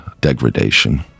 degradation